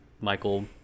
michael